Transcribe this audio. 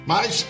Mas